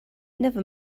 never